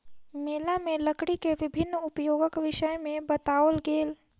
मेला में लकड़ी के विभिन्न उपयोगक विषय में बताओल गेल